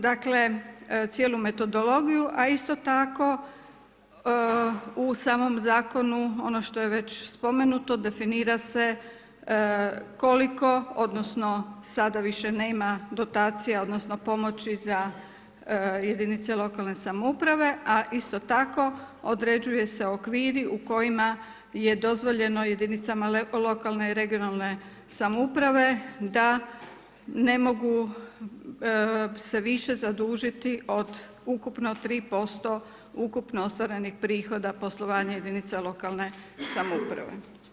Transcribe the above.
Dakle, cijelu metodologiju, a isto tako u samom zakonu, ono što je već spomenuto, definira se koliko, odnosno, sada više nema dotacija, odnosno, pomoći za jedinice lokalne samouprave, a isto tako određuje se okviri u kojima je dozvoljeno jedinicama lokalne i regionalne samouprave, da ne mogu se više zadužiti od ukupno 3% ukupno ostvarenih prihoda poslovanja jedinica lokalne samouprave.